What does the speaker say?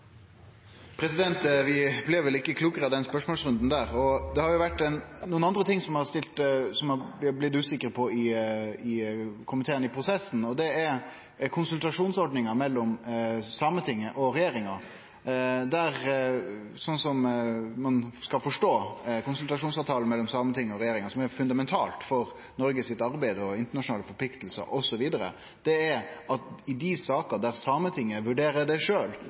skolen. Vi blei vel ikkje klokare av den spørsmålsrunden der. Det er ein annan ting som vi har blitt usikre på i komiteen i prosessen, og det er konsultasjonsordninga mellom Sametinget og regjeringa. Sånn som ein skal forstå konsultasjonsavtalen mellom Sametinget og regjeringa, som er fundamental for Noregs arbeid og internasjonale forpliktingar, osv., er at i dei sakene der Sametinget vurderer sjølv at dette er relevante spørsmål for Sametinget, skal dei få innvilga konsultasjon. Det